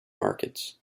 markets